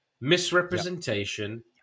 misrepresentation